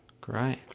Great